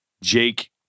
Jake